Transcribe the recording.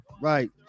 Right